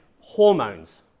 hormones